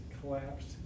collapsed